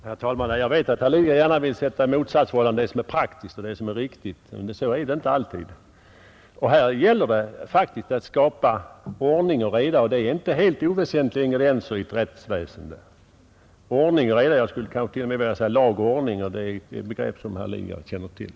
Herr talman! Jag vet att herr Lidgard gärna vill sätta i motsatsförhållande det som är praktiskt och det som är riktigt. Men det råder givetvis inte alltid något motsatsförhållande. Här gäller det faktiskt att skapa ordning och reda, och det är inte helt oväsentliga ingredienser i ett rättsväsen. Ordning och reda — jag skulle kanske t.o.m. vilja säga lag och ordning — är ju begrepp som herr Lidgard känner till.